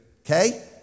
Okay